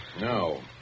No